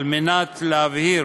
על מנת להבהיר